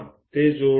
ते जोडून द्या